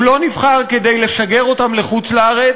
הוא לא נבחר כדי לשגר אותם לחוץ-לארץ,